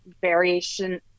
variation